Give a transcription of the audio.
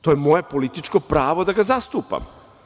To je moje političko pravo da ga zastupam.